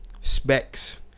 specs